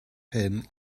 hen